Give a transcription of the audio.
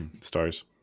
stars